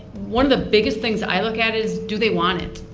one of the biggest things i look at is do they want it?